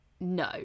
No